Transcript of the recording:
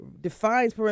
defines